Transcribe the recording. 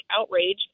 outrage